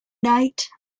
night